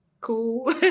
cool